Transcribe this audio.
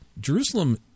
Jerusalem